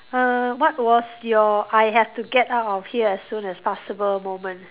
err what was your I have to get out of here as soon as possible moment